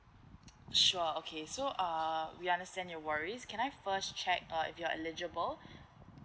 sure okay so uh we understand your worries can I first check uh if you're eligible